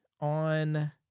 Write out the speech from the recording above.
on